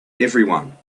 everyone